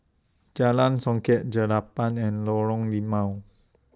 Jalan Songket Jelapang and Lorong Limau